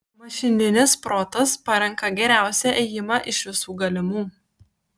mašininis protas parenka geriausią ėjimą iš visų galimų